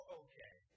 okay